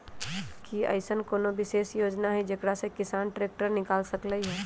कि अईसन कोनो विशेष योजना हई जेकरा से किसान ट्रैक्टर निकाल सकलई ह?